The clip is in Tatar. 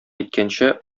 иткәнче